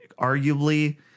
arguably